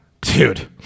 Dude